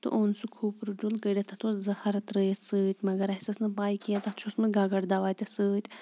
تہٕ اوٚن سُہ کھپوٗرٕ ڈُل کٔڑتھ تَتھ اوس زہر ترٛٲیتھ سۭتۍ مگر اَسہِ ٲس نہٕ پَے کیٚنٛہہ تَتھ چھِ اوسمُت گَگر دَوا تہِ سۭتۍ